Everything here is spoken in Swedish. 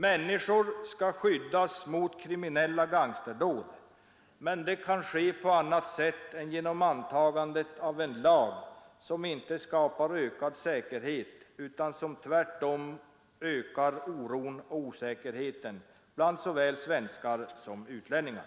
Människor skall skyddas mot kriminella gangsterdåd, men det kan ske på annat sätt än genom antagandet av en lag som inte skapar ökad säkerhet utan som tvärtom ökar oron och osäkerheten bland såväl svenskar som utlänningar.